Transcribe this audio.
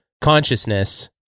consciousness